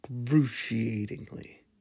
excruciatingly